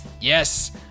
Yes